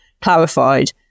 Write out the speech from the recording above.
clarified